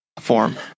form